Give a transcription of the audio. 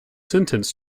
sentenced